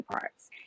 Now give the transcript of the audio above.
parts